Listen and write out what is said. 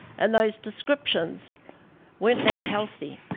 and those descriptions weren't that healthy.